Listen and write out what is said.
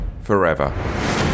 Forever